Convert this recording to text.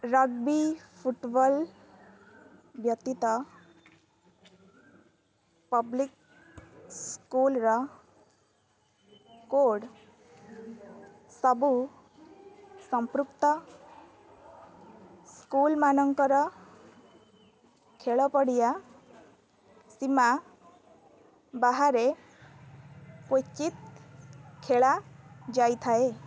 ରବି football ବ୍ୟତୀତ public ସ୍କୁଲ୍ର code ସବୁ ସମ୍ପୃକ୍ତ ସ୍କୁଲ୍ମାନଙ୍କର ଖେଳ ପଡ଼ିଆ ସୀମା ବାହାରେ କ୍ୱଚିତ୍ ଖେଳା ଯାଇଥାଏ